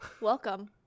Welcome